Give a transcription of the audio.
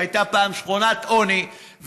שהייתה פעם שכונת עוני,